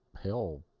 hell